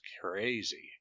crazy